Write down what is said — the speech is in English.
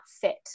fit